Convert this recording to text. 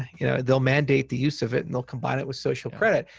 you know, they'll mandate the use of it, and they'll combine it with social credit.